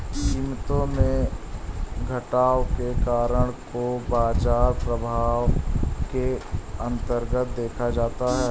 कीमतों में घटाव के कारणों को बाजार प्रभाव के अन्तर्गत देखा जाता है